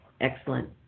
Excellent